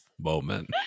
moment